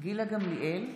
גילה גמליאל,